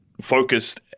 focused